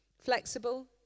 flexible